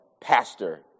Pastor